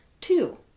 Two